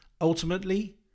Ultimately